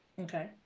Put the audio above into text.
Okay